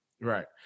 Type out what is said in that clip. Right